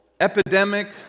epidemic